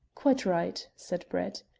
quite right, said brett.